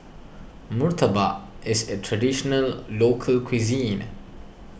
Murtabak is a Traditional Local Cuisine